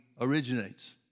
originates